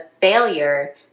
failure